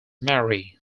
mary